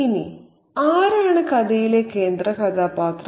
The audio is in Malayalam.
ഇനി ആരാണ് കഥയിലെ കേന്ദ്ര കഥാപാത്രം